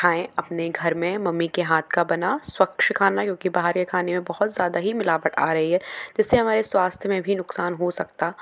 खाएं अपने घर में मम्मी के हाथ का बना स्वच्छ खाना क्योंकि बाहर के खाने में बहुत ज़्यादा ही मिलावट आ रही है जिससे हमारे स्वास्थ्य में नुकसान हो सकता